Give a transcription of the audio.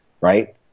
right